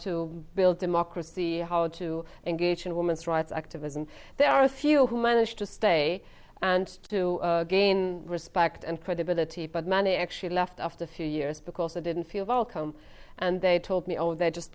to build democracy how to engage in women's rights activists and there are a few who managed to stay and to gain respect and credibility but man it actually left after a few years because they didn't feel welcome and they told me oh they just